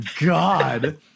God